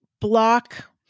block